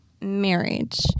marriage